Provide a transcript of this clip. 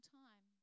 time